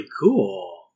cool